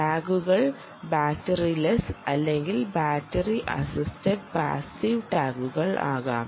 ടാഗുകൾ ബാറ്ററിലസ്സ് അല്ലെങ്കിൽ battery assistant passive ടാഗുകൾ ആകാം